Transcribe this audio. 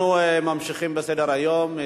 אנחנו ממשיכים בסדר-היום.